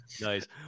nice